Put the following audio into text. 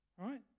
Right